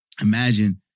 imagine